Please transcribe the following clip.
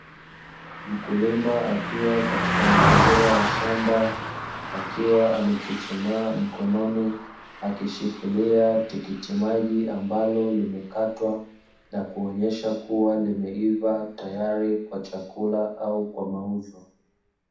Mkulima akiwa katika mazingira ya shamba, akiwa amechuchumaa mkononi akishikilia tikitimaji ambalo limekatwa, na kuonyesha kuwa limeiva tayari kwa chakula au kwa mauzo.